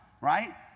right